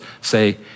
say